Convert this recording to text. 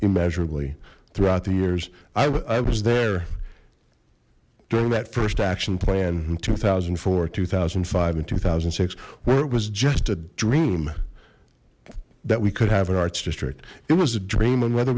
immeasurably throughout the years i was there during that first action plan in two thousand and four two thousand and five and two thousand and six where it was just a dream that we could have an arts district it was a dream on whether